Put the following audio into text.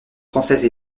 française